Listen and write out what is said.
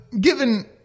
given